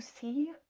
see